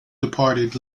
departed